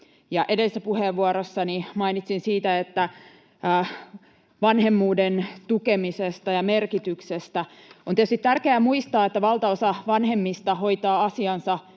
Edellisessä puheenvuorossani mainitsin vanhemmuuden tukemisesta ja merkityksestä. On tietysti tärkeää muistaa, että valtaosa vanhemmista hoitaa asiansa